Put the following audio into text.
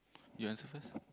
you answer first